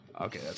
Okay